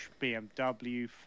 BMW